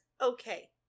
okay